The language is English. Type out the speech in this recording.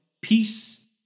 peace